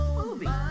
movie